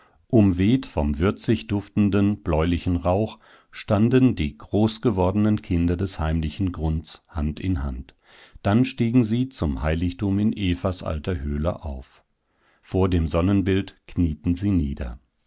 umweht vom würzig duftenden bläulichen rauch standen die groß gewordenen kinder des heimlichen grunds hand in hand dann stiegen sie zum heiligtum in evas alter höhle auf vor dem sonnenbild knieten sie nieder